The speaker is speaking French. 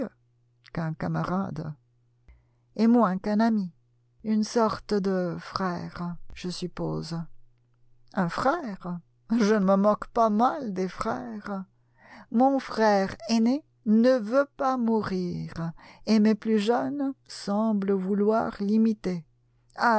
camarade et moins qu'un ami une sorte de frère je suppose un frère je me moque pas mal des frères mon frère aîné ne veut pas mourir et mes plus jeunes semblent vouloir l'imiter